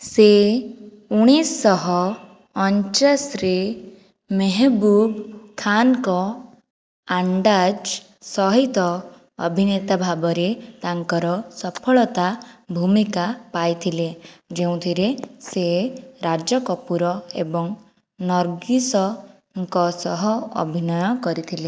ସେ ଉଣେଇଶିଶହଅଣଚାଶରେ ମେହବୁବ ଖାନଙ୍କ ଆଣ୍ଡାଜ୍ ସହିତ ଅଭିନେତା ଭାବରେ ତାଙ୍କର ସଫଳତା ଭୂମିକା ପାଇଥିଲେ ଯେଉଁଥିରେ ସେ ରାଜ କପୁର ଏବଂ ନର୍ଗିସଙ୍କ ସହ ଅଭିନୟ କରିଥିଲେ